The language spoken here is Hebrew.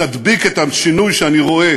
תדביק את השינוי שאני רואה